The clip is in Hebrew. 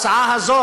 אחלה הצעה.